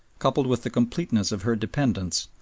coupled with the completeness of her dependence,